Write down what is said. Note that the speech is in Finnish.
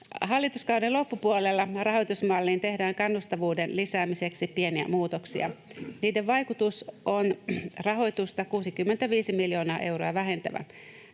Hallituskauden loppupuolella rahoitusmalliin tehdään kannustavuuden lisäämiseksi pieniä muutoksia. Niiden vaikutus on rahoitusta 65 miljoonaa euroa vähentävä.